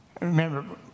Remember